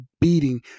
beating